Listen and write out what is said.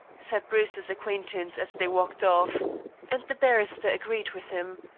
said bruce's acquaintance as they walked off and the barrister agreed with him.